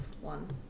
one